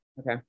Okay